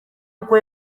uko